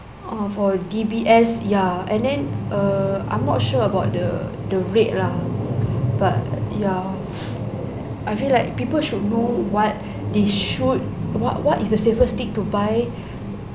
ah for D_B_S ya and then err I'm not sure about the the rate lah but ya I feel like people should know what they should what what is the safest thing to buy